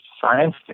Science